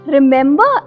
Remember